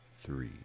three